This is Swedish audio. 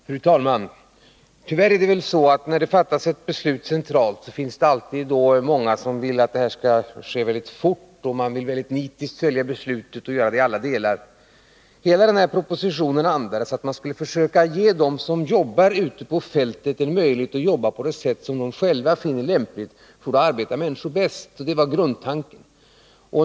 Fru talman! Tyvärr är det väl alltid så när ett beslut har fattats på central nivå att många vill att det skall genomföras mycket fort och nitiskt vill följa upp beslutet i alla delar. Hela propositionen andades dock en vilja att försöka ge dem som är verksamma ute på fältet en möjlighet att jobba på det sätt som de själva finner lämpligt — för då arbetar människor bäst. Det var grundtanken.